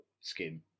skin